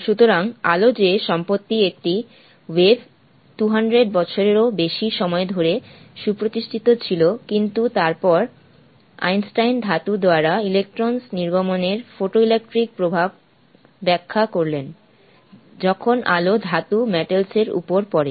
সুতরাং আলো যে সম্পত্তি একটি ওয়েভ 200 বছরেরও বেশি সময় ধরে সুপ্রতিষ্ঠিত ছিল কিন্তু তারপর আইনস্টাইন ধাতু দ্বারা ইলেকট্রন নির্গমনের ফটোইলেকট্রিক প্রভাব ব্যাখ্যা করলেন যখন আলো ধাতুর এর উপর পড়ে